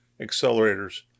accelerators